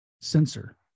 sensor